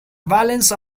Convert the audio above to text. balance